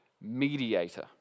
mediator